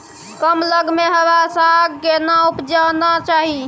कम लग में हरा साग केना उपजाना चाही?